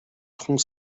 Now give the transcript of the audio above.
tronc